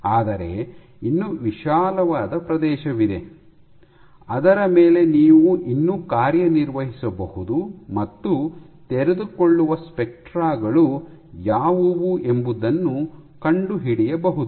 ಆದರೆ ಇನ್ನೂ ವಿಶಾಲವಾದ ಪ್ರದೇಶವಿದೆ ಅದರ ಮೇಲೆ ನೀವು ಇನ್ನೂ ಕಾರ್ಯನಿರ್ವಹಿಸಬಹುದು ಮತ್ತು ತೆರೆದುಕೊಳ್ಳುವ ಸ್ಪೆಕ್ಟ್ರಾ ಗಳು ಯಾವುವು ಎಂಬುದನ್ನು ಕಂಡುಹಿಡಿಯಬಹುದು